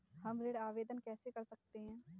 हम ऋण आवेदन कैसे कर सकते हैं?